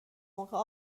موقع